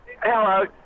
hello